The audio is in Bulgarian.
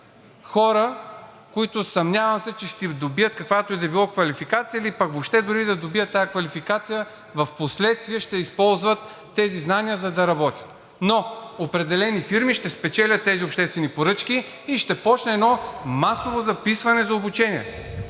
хора, които, съмнявам се, че ще добият каквато и да било квалификация или пък въобще дори и да добият тази квалификация, впоследствие ще използват тези знания, за да работят. Но определени фирми ще спечелят тези обществени поръчки и ще започне едно масово записване за обучение.